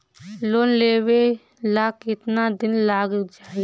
Loan लेबे ला कितना दिन लाग जाई?